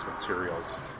materials